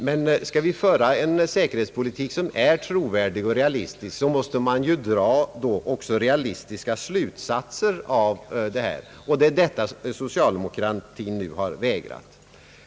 Men om vi skall föra en säkerhetspolitik som är trovärdig och realistisk måste man också dra realistiska slutsatser av detta, och det har nu socialdemokratin vägrat.